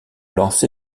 lancé